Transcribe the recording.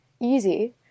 easy